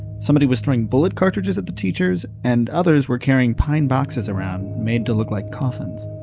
somebody was throwing bullet cartridges at the teachers, and others were carrying pine boxes around made to look like coffins